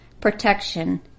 protection